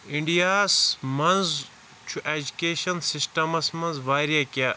India ہس منٛز چھُ ایٚجکیشَن سِسٹَمَس منٛز واریاہ کینٛہہ